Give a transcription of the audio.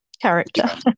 character